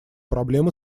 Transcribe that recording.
проблем